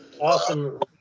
Awesome